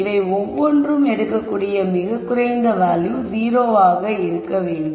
இவை ஒவ்வொன்றும் எடுக்கக்கூடிய மிகக் குறைந்த வேல்யூ 0 ஆக இருக்க வேண்டும்